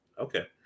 Okay